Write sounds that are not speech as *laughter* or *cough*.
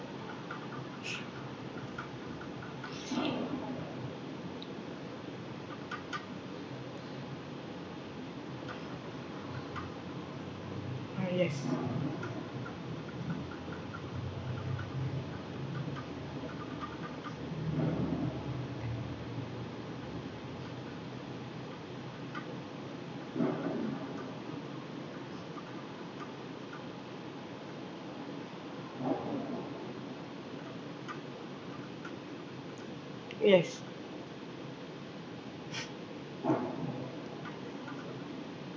ah yes yes *noise*